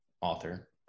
author